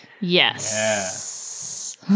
yes